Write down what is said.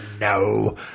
no